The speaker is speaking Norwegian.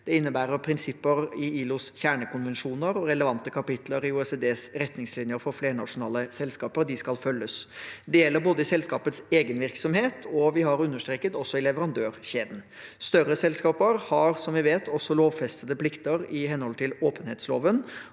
Det innebærer prinsipper i ILOs kjernekonvensjoner og relevante kapitler i OECDs retningslinjer for flernasjonale selskaper. De skal følges. Det gjelder både i selskapets egen virksomhet og – har vi understreket – også i leverandørkjeden. Større selskaper har, som vi vet, også lovfestede plikter i henhold til åpenhetsloven.